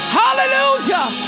hallelujah